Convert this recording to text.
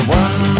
one